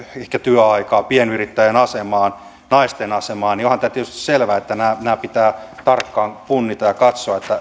ehkä työaika pienyrittäjän asema naisten asema niin onhan tämä tietysti selvää että nämä nämä pitää tarkkaan punnita ja katsoa